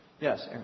Yes